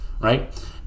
right